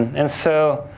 and so,